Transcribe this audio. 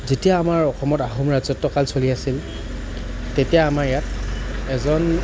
যেতিয়া আমাৰ অসমত আহোম ৰাজত্বকাল চলি আছিল তেতিয়া আমাৰ ইয়াত এজন